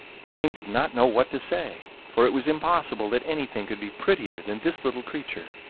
the king did not know what to say, for it was impossible that anything could be prettier than this little creature.